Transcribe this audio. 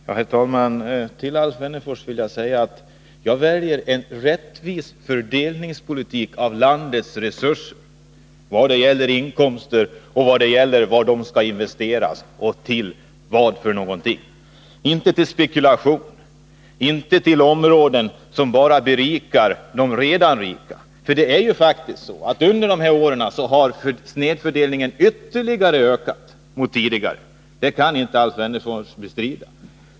Fru talman! Till Alf Wennerfors vill jag säga att jag väljer en politik för rättvis fördelning av landets resurser både i vad det gäller inkomster och i vad det gäller de ändamål som de får gå till. De skall inte kunna investeras för spekulation eller på områden där de bara berikar de redan rika. Under de gångna åren har snedfördelningen faktiskt ökat ytterligare, och det kan Alf Wennerfors inte bestrida.